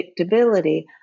predictability